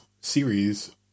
series